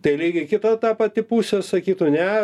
tai lygiai kita ta pati pusė sakytų ne